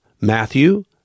Matthew